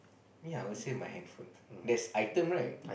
me I would save my handphone that's item right